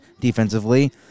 defensively